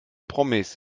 promis